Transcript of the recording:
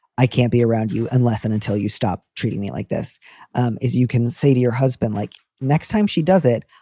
i can't be around you unless and until you stop treating me like this um is you can say to your husband, like next time she does it,